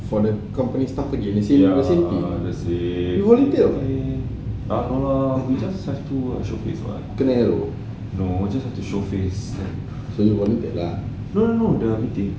for the company he volunteered kena kena volunteered lah